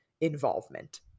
involvement